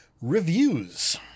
Reviews